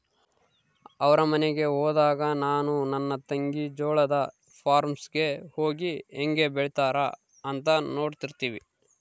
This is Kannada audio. ಅವರ ಮನೆಗೆ ಹೋದಾಗ ನಾನು ನನ್ನ ತಂಗಿ ಜೋಳದ ಫಾರ್ಮ್ ಗೆ ಹೋಗಿ ಹೇಂಗೆ ಬೆಳೆತ್ತಾರ ಅಂತ ನೋಡ್ತಿರ್ತಿವಿ